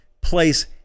place